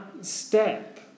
step